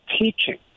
teaching